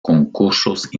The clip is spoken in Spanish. concursos